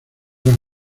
eran